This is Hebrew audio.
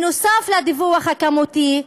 נוסף על הדיווח הכמותי,